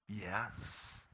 Yes